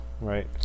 right